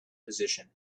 position